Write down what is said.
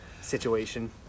situation